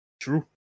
true